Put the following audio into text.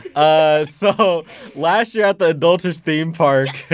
ah so last year at the adult ish theme park